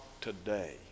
today